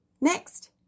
Next